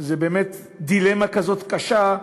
זו באמת דילמה כזאת קשה,